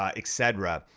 um etc,